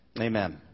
amen